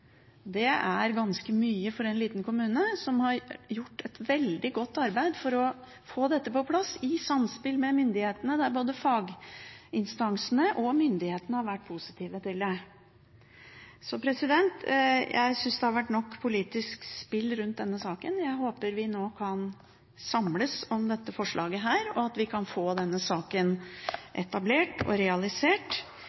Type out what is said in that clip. Det er ganske mye for en liten kommune som har gjort et veldig godt arbeid for å få dette på plass i samspill med myndighetene, der både faginstansene og myndighetene har vært positive til det. Jeg synes det har vært nok politisk spill rundt denne saken, og jeg håper vi nå kan samles om dette forslaget, og at vi kan få denne saken